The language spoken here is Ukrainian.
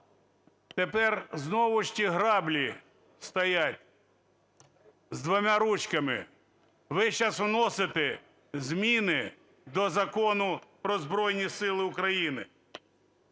тепер знову ж ті граблі стоять з двома ручками. Ви зараз вносите зміни до Закону "Про Збройні Сили України".